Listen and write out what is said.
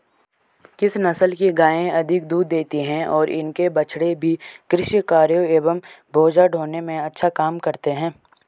किस नस्ल की गायें अधिक दूध देती हैं और इनके बछड़े भी कृषि कार्यों एवं बोझा ढोने में अच्छा काम करते हैं?